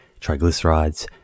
triglycerides